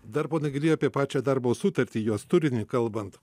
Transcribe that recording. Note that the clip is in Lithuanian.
dar pone gyly apie pačią darbo sutartį jos turinį kalbant